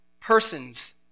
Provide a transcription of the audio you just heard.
persons